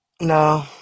no